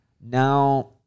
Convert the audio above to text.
now